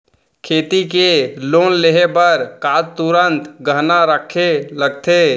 खेती के लोन लेहे बर का तुरंत गहना रखे लगथे?